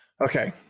Okay